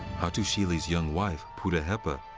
hattusili's young wife, puddaheppa,